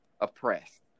oppressed